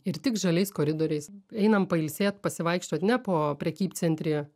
ir tik žaliais koridoriais einam pailsėt pasivaikščiot ne po prekybcentrį